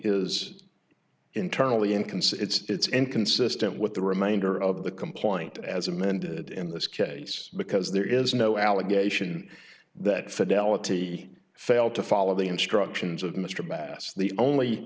is internally in consider its inconsistent with the remainder of the complaint as amended in this case because there is no allegation that fidelity failed to follow the instructions of mr bass the only